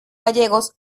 gallegos